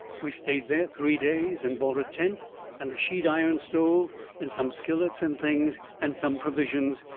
we stayed there three days and bought a tent and a sheet-iron stove and some skillets and things and some provisions,